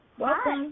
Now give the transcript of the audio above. Welcome